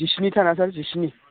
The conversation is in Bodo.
जिस्निथा ना सार जिस्नि